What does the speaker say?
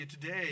today